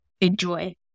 enjoy